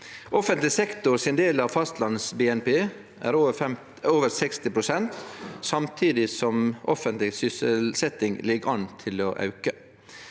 Offentleg sektor sin del av Fastlands-BNP er over 60 pst., samtidig som offentleg sysselsetting ligg an til å auke.